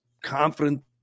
confident